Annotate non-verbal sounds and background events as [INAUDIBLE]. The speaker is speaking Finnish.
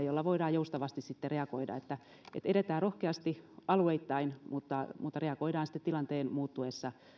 [UNINTELLIGIBLE] jolla voidaan sitten joustavasti reagoida edetään rohkeasti alueittain mutta reagoidaan tilanteen muuttuessa